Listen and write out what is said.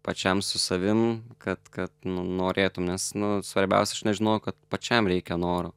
pačiam su savim kad kad nu norėtum nes nu svarbiausia aš nežinojau kad pačiam reikia noro